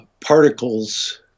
particles